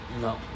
No